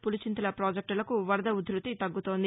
పులిచింతల పాజెక్టులకు వరద ఉధ్భతి తగ్గుతోంది